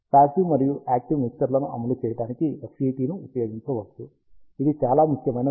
passive మరియు active మిక్సర్లను అమలు చేయడానికి FET ను ఉపయోగించవచ్చు ఇది చాలా ముఖ్యమైన విషయం